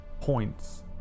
points